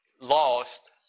lost